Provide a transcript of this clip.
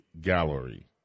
Gallery